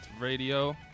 Radio